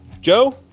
Joe